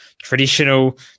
traditional